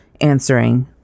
answering